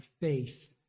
faith